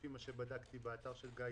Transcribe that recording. לפי מה שבדקתי באתר גיידסטאר.